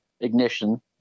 ignition